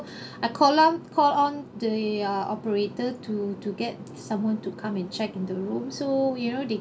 I called up called on the uh operator to to get someone to come and check in the room so you know they